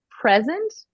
present